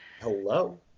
Hello